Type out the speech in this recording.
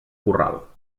corral